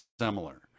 similar